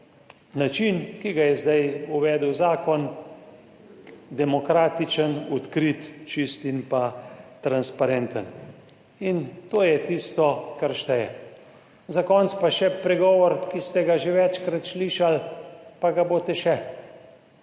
način, ki ga je zdaj uvedel zakon, demokratičen, odkrit, čist in pa transparenten in to je tisto, kar šteje. Za konec pa še pregovor, ki ste ga že večkrat slišali, pa ga boste še.